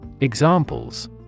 Examples